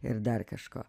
ir dar kažko